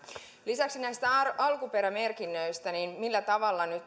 lisäksi näistä alkuperämerkinnöistä millä tavalla